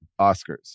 Oscars